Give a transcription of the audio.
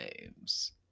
names